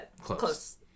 Close